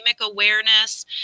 awareness